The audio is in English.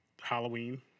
Halloween